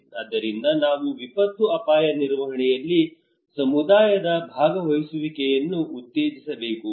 ಆದ್ದರಿಂದ ನಾವು ವಿಪತ್ತು ಅಪಾಯ ನಿರ್ವಹಣೆಯಲ್ಲಿ ಸಮುದಾಯದ ಭಾಗವಹಿಸುವಿಕೆಯನ್ನು ಉತ್ತೇಜಿಸಬೇಕು